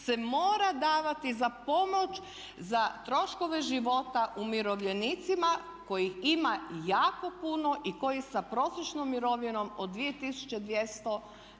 se mora davati za pomoć za troškove života umirovljenicima kojih ima jako puno i koji sa prosječnom mirovinom od 2200